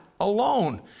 alone